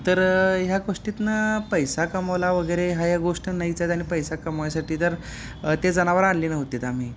तर ह्या गोष्टीतून पैसा कमवला वगैरे ह्या ह्या गोष्ट नाहीच आहे आणि पैसा कमवायसाठी तर ते जनावरं आणले नव्हतेत आम्ही